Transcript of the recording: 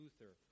Luther